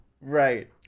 right